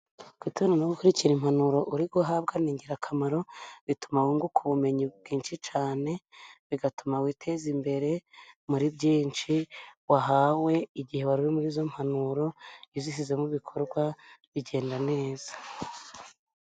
Kwitonda no gukurikira impanuro uri guhabwa ni ingirakamaro. Bituma wunguka ubumenyi bwinshi cyane, bigatuma witeza imbere muri byinshi wahawe, igihe wari uri muri izo mpanuro. Iyo uzishyize mu bikorwa bigenda neza.